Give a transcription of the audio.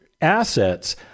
assets